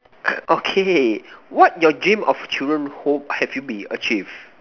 uh okay what your dream of children hope have you be achieved